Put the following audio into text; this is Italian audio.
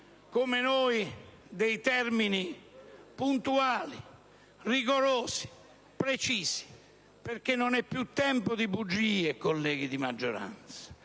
come noi, dei termini puntuali, rigorosi, precisi, perché non è più tempo di bugie, colleghi di maggioranza.